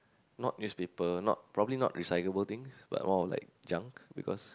not newspaper not probably not recyclable things but more of like junk because